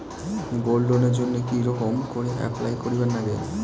Gold লোনের জইন্যে কি রকম করি অ্যাপ্লাই করিবার লাগে?